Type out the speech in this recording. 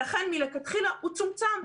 ולכן מלכתחילה הוא צומצם.